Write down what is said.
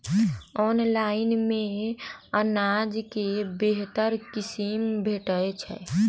Online मे अनाज केँ बेहतर किसिम भेटय छै?